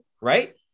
right